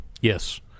Yes